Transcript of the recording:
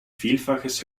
vielfaches